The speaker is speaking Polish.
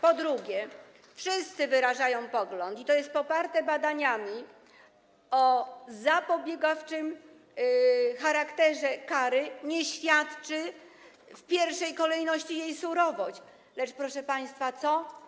Po drugie, wszyscy wyrażają pogląd - i to jest poparte badaniami - że o zapobiegawczym charakterze kary świadczy w pierwszej kolejności nie jej surowość, lecz, proszę państwa, co?